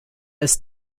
ist